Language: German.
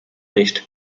nicht